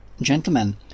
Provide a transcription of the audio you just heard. Gentlemen